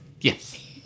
Yes